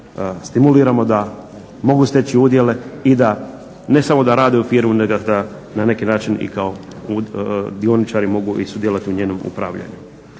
stimuliramo da mogu steći udjele i da ne samo da rade u firmi nego da na neki način i kao dioničari mogu sudjelovati u njenom upravljanju.